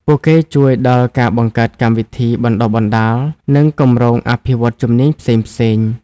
ពួកគេជួយដល់ការបង្កើតកម្មវិធីបណ្តុះបណ្តាល និងគម្រោងអភិវឌ្ឍន៍ជំនាញផ្សេងៗ។